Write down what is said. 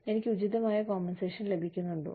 എനിക്ക് ഉചിതമായ കോമ്പൻസേഷൻ ലഭിക്കുന്നുണ്ടോ